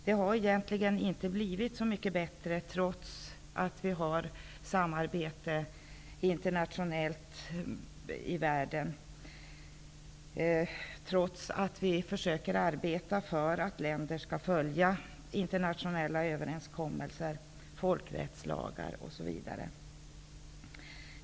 Det har egentligen inte blivit så mycket bättre, trots att det sker ett internationellt samarbete och trots att vi försöker arbeta för att länder skall följa internationella överenskommelser, folkrättslagar, osv.